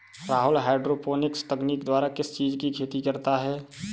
Rahul hydroponics तकनीक द्वारा किस चीज की खेती करता है?